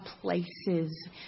places